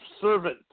servant